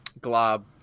Glob